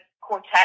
quartet